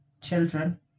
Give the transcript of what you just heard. children